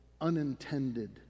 unintended